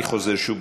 אני חוזר שוב,